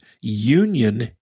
union